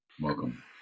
Welcome